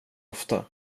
ofta